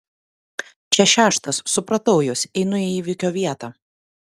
čia šeštas supratau jus einu į įvykio vietą